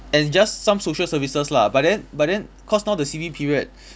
and just some social services lah but then but then cause now the C_B period